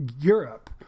Europe